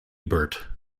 ebert